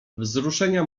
wzruszenia